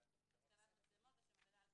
התקנת מצלמות לשם הגנה על